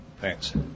Thanks